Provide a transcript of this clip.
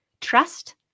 trust